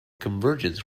convergence